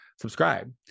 subscribe